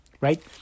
Right